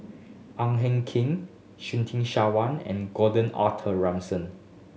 Ang Hen Keen Surtin Sarwan and Gordon Arthur Ransome